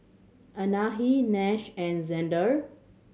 Anahi Nash and Zander